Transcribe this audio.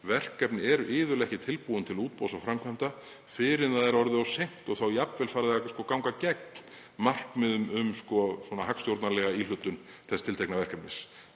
verkefni eru iðulega ekki tilbúin til útboðs og framkvæmda fyrr en það er orðið of seint og þá jafnvel farið að ganga gegn markmiðum um hagstjórnarlega íhlutun þess tiltekna verkefnis.